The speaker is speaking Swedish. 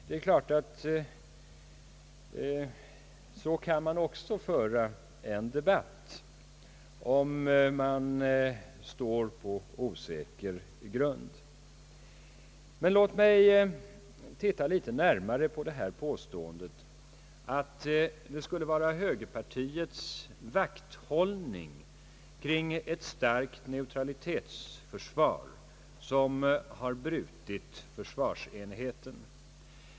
Det är klart att man också kan föra en debatt så, om man känner sig osäker. Låt mig emellertid se litet närmare på påståendet, att det skulle vara högerpartiets vakthållning kring ett starkt neutralitetsförsvar som har brutit försvarsenigheten.